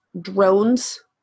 drones